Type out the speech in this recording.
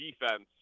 defense